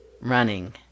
running